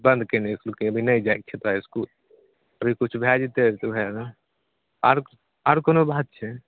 बन्द कयने इसकूलके अभी नहि जाइके छै तऽ इसकूल अभी किछु भए जेतै तऽ ओहए आरो आरो कोनो बात छै